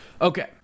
Okay